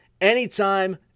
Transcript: anytime